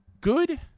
good